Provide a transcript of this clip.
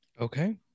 okay